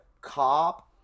cop